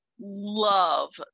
love